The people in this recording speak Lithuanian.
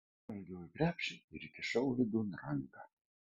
pažvelgiau į krepšį ir įkišau vidun ranką